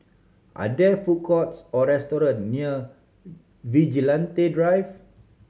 are there food courts or restaurant near Vigilante Drive